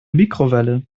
mikrowelle